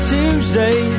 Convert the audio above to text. Tuesday